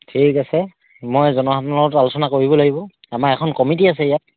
ঠিক আছে মই জনসাধাৰণৰ আলোচনা কৰিব লাগিব আমাৰ এখন কমিটি আছে ইয়াত